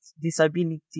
disability